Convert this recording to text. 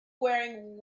wearing